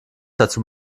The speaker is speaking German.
dazu